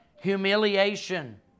humiliation